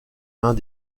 mains